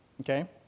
okay